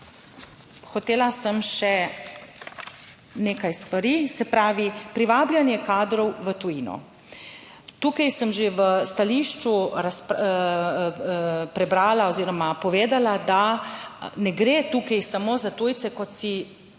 Hotela sem še nekaj stvari, se pravi, privabljanje kadrov v tujino. Tukaj sem že v stališču prebrala oziroma povedala, da ne gre tukaj samo za tujce, kot si